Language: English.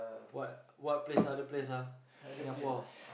what what place other place ah Singapore